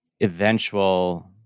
eventual